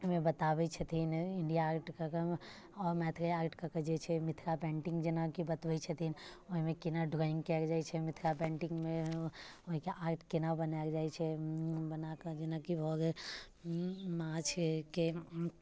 मे बताबैत छथिन इण्डिया आर्ट कऽ कऽ मे मैथिली आर्ट कऽ कऽ जे छै मिथिला पेटिङ्ग जेना कि बतबैत छथिन ओहिमे केना ड्रॉइङ्ग कयल जाइत छै मिथिला पेटिङ्गमे ओहिके आर्ट केना बनायल जाइत छै बनाकऽ जेनाकि भऽ गेल माछके